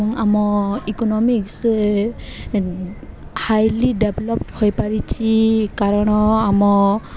ଆମ economics highly develop ହୋଇପାରିଛି କାରଣ ଆମ